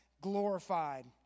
glorified